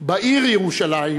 בעיר ירושלים,